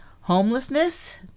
homelessness